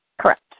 Correct